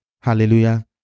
Hallelujah